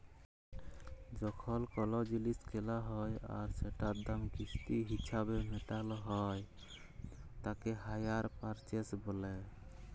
যখল কল জিলিস কেলা হ্যয় আর সেটার দাম কিস্তি হিছাবে মেটাল হ্য়য় তাকে হাইয়ার পারচেস ব্যলে